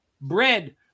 bread